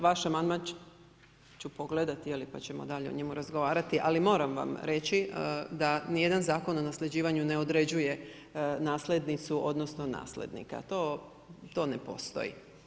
Vaš amandman ću pogledati pa ćemo dalje o njemu razgovarati, ali moram vam reći da nijedan Zakon o nasljeđivanju ne određuje nasljednica odnosno nasljednika, to ne postoji.